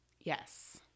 Yes